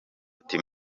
ati